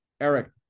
Eric